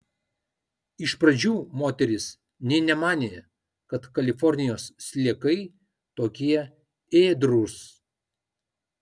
iš pradžių moteris nė nemanė kad kalifornijos sliekai tokie ėdrūs